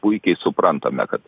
puikiai suprantame kad